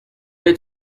est